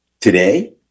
Today